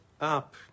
up